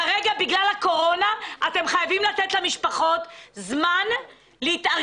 כרגע בגלל הקורונה אתם חייבים לתת למשפחות זמן להתארגן.